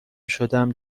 شدم